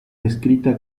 descrita